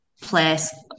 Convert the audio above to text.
place